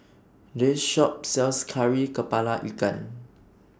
This Shop sells Kari Kepala Ikan